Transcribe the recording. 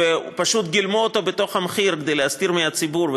ופשוט גילמו אותו במחיר כדי להסתיר מהציבור,